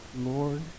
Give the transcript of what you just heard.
Lord